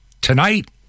tonight